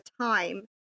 time